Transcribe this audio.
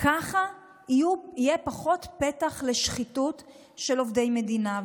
כך יהיה פחות פתח לשחיתות של עובדי מדינה,